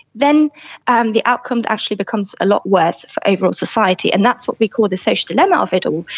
then um the outcome actually becomes a lot worse for overall society, and that's what we call the social dilemma of it all.